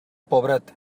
pobret